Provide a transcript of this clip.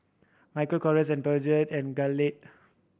Michael Kors Peugeot and Glade